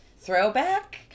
throwback